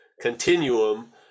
continuum